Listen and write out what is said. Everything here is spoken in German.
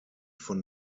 von